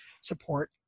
support